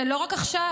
זה לא רק עכשיו,